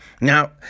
now